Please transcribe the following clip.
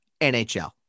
NHL